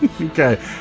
Okay